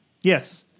Yes